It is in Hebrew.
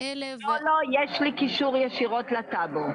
יש לנו קישור ישיר לטאבו.